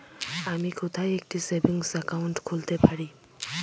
আমি কোথায় একটি সেভিংস অ্যাকাউন্ট খুলতে পারি?